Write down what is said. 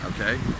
okay